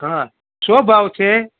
હા શું ભાવ છે